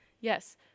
yes